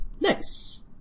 Nice